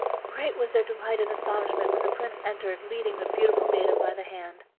great was their delight and astonishment when the prince entered, leading the beautiful maiden by the hand.